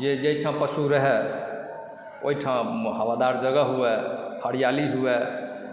जे जाहिठाम पशु रहय ओहिठाम हवादार जगह हुए हरियाली हुए